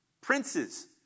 Princes